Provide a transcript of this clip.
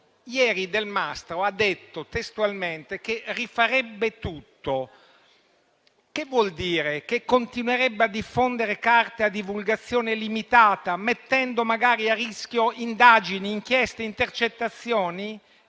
ieri Delmastro ha detto testualmente che rifarebbe tutto. Che vuol dire? Che continuerebbe a diffondere carte a divulgazione limitata, mettendo magari a rischio indagini, inchieste e intercettazioni?